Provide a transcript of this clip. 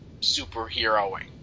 superheroing